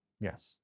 Yes